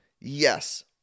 Yes